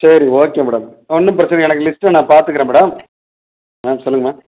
சரி okay madam ஒன்றும் பிரச்சின இல்லை எனக்கு லிஸ்ட்ட நான் பார்த்துக்குறேன் மேடம் ஆ சொல்லுங்கள் மேம்